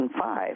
2005